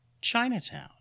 Chinatown